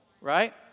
right